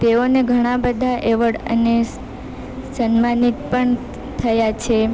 તેઓને ઘણા બધા એવોર્ડ અને સન્માનીત પણ થયા છે